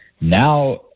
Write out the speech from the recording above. Now